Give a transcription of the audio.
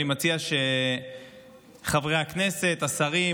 אני מציע שחברי הכנסת והשרים